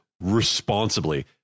responsibly